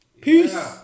Peace